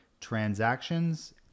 transactions